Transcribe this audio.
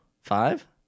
five